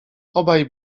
obaj